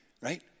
right